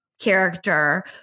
character